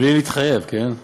בלי להתחייב, כן,